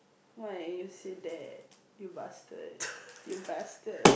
why you say that you bastard you bastard